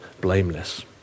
blameless